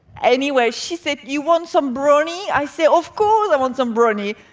anyway, she said, you want some brownie? i said, of course i want some brownie.